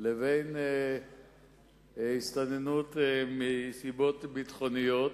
לבין הסתננות מסיבות ביטחוניות.